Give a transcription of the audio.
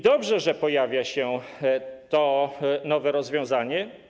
Dobrze, że pojawia się nowe rozwiązanie.